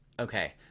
Okay